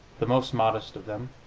the most modest of them